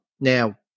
now